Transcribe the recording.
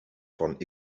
von